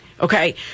Okay